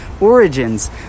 origins